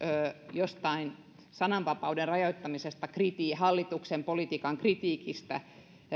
jostain sananvapauden rajoittamisesta ja hallituksen politiikan kritiikistä